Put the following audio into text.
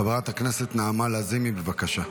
חברת הכנסת נעמה לזימי, בבקשה.